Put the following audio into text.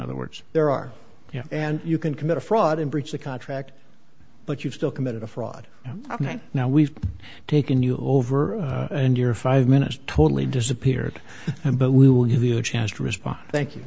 other words there are you know and you can commit a fraud and breach the contract but you've still committed a fraud right now we've taken you over and your five minutes totally disappeared and but we will give you a chance to respond thank you